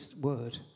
word